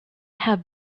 have